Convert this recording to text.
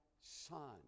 son